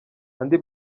andi